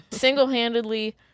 Single-handedly